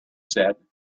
said